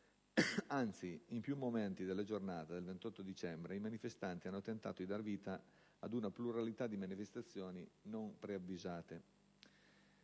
Anzi, in più momenti della giornata del 28 dicembre, i manifestanti hanno tentato di dare vita ad una pluralità di manifestazioni non preavvisate.